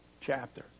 chapter